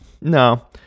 No